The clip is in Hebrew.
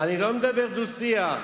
אני לא מדבר דו-שיח.